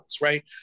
right